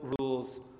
rules